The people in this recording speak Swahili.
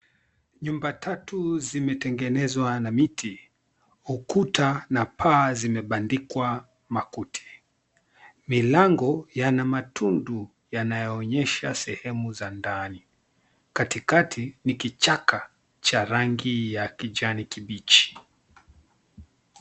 Nyumba tatu zimetengenezwa na miti. Ukuta na paa zimebandikwa makuti. Milango yana matundu yanayoonyesha sehemu za ndani. 𝐾𝑎𝑡𝑖𝑘𝑎𝑡𝑖 ni kichaka cha rangi ya kijani kibichi.